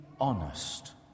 honest